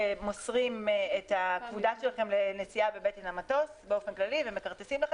מוסרים את הכבודה לנסיעה בבטן המטוס ומכרטסים,